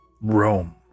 Rome